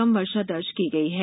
कम वर्षा दर्ज की गई है